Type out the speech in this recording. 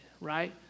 right